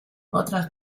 otras